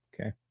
Okay